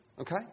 Okay